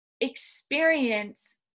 experience